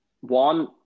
one